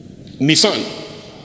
Nissan